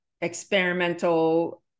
experimental